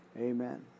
Amen